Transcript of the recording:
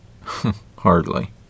Hardly